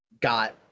got